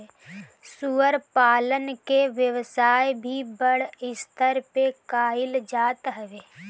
सूअर पालन के व्यवसाय भी बड़ स्तर पे कईल जात हवे